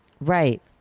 Right